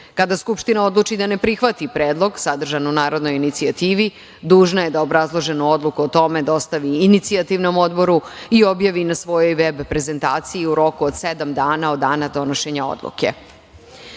Skupština odluči da ne prihvati predlog sadržan u narodnoj inicijativi, dužna je da obrazloženu odluku o tome dostavi inicijativnom odboru i objavi na svojoj veb prezentaciji u roku od sedam dana od dana donošenja odluke. Pre